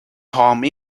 home